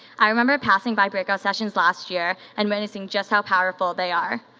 i remember passing by breakout sessions last year and noticing just how powerful they are.